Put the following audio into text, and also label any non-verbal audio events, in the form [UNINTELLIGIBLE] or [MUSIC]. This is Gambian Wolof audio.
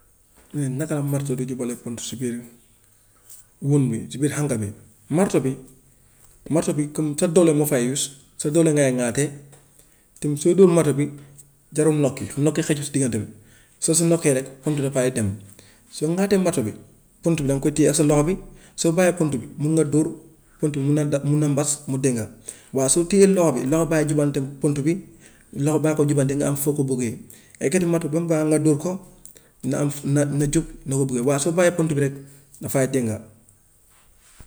Mu ne naka la marto di jubalee pont si biir buum bi si biir xànka bi, marto bi, marto bi comme sa dole moo fay use, sa doole ngay ŋaatee tamit sooy dóor marto bi jarul nokki, nokki xjul si diggante bi, soo si nokkee rek pont dafay dem, soo ŋaatee marto bi pont bi danga koy téye ak sa loxo bi, soo bàyyee pont bi mun nga dóor, pont bi mun naa da- mun na mbas mu dëŋŋa. Waa soo téyee loxo bi, loxo baay jubbante pont bi loxo baa ko jubbanti nga am foo ko bëggee, nga yëkkati marto bi ba mu baax nga dóor ko na am, na na jub na [UNINTELLIGIBLE] waa soo bàyyee pont bi rek dafay dënga.